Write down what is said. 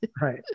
Right